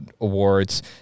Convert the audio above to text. Awards